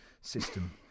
system